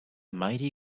mighty